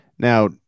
Now